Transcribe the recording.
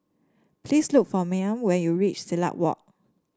please look for Mayme when you reach Silat Walk